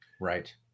Right